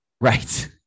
Right